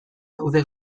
daude